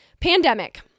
Pandemic